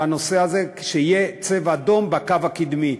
הנושא הזה כשיהיה "צבע אדום" בקו הקדמי.